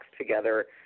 together